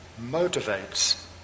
motivates